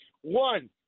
One